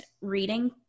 reading